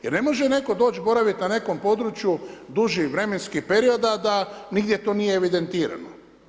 Jer ne može netko doći boraviti na nekom području duži vremenski period a da nigdje to nije evidentirano.